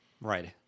Right